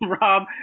Rob